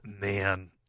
man